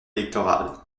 électoral